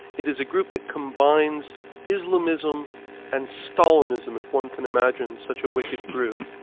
it is a group that combines islamism and stalinism, if one can imagine such a wicked brew,